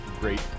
great